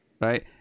right